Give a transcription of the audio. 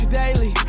daily